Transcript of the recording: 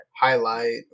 highlight